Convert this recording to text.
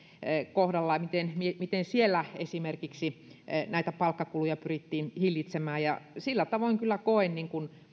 kohdalla miten miten siellä esimerkiksi näitä palkkakuluja pyrittiin hillitsemään niin sillä tavoin kyllä koen